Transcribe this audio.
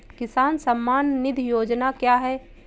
किसान सम्मान निधि योजना क्या है?